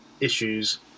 issues